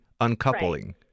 uncoupling